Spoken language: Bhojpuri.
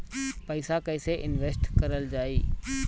पैसा कईसे इनवेस्ट करल जाई?